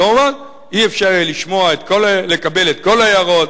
כמובן, לא יהיה אפשר לקבל את כל ההערות,